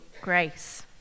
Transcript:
grace